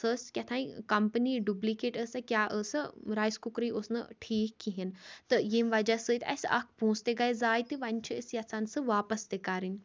سۄ ٲس کیٛاہ تانۍ کَمپٔنی ڈُبلِکیٹ ٲس کیٛاہ ٲس رایِس کُکرٕے اوس نہٕ ٹھیٖک کِہیٖنۍ تہٕ ییٚمہِ وَجہ سۭتۍ اَسہِ اَکھ پونٛسہٕ تہِ گژھِ زایہِ تہِ وَنۍ چھِ أسۍ یَژھان سُہ واپَس تہِ کَرٕنۍ